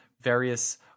various